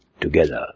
together